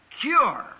cure